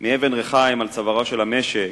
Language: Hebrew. מאבן רחיים על צוואר המשק